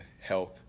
health